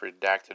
redacted